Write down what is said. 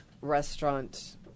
restaurant